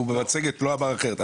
הוא במצגת לא אמר אחרת.